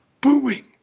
booing